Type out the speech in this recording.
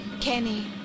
kenny